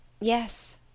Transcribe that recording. Yes